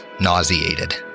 nauseated